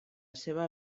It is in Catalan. seva